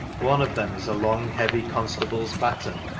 one of them is a long, heavy constable's baton,